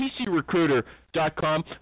PCRecruiter.com